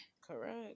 correct